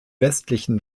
westlichen